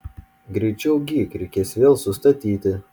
greičiau gyk reikės vėl sustatyti